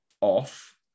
off